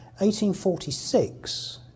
1846